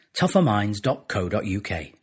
tougherminds.co.uk